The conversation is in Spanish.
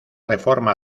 reforma